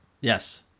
Yes